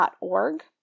.org